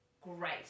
great